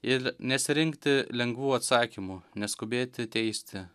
ir nesirinkti lengvų atsakymų neskubėti teisti